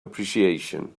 appreciation